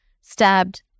stabbed